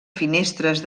finestres